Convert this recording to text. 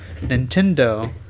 Nintendo